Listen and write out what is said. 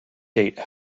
date